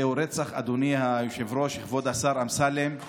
זהו רצח, אדוני היושב-ראש, כבוד השר אמסלם,